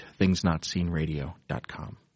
thingsnotseenradio.com